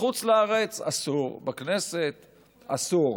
בחוץ לארץ אסור, בכנסת אסור,